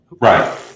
Right